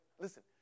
listen